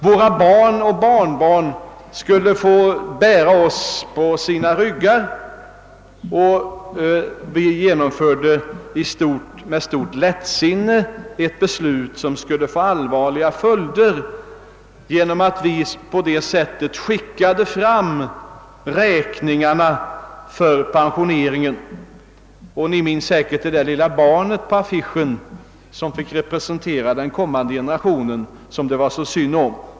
Våra barn och barnbarn skulle få bära oss på sina ryggar, och vi fattade, sades det, med stort lättsinne ett beslut som skulle få allvarliga följder genom att vi så att säga skickade räkningarna för pensioneringen framåt. På en affisch kunde vi se ett litet barn som fick representera den kommande generation som det var så synd om.